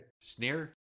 Sneer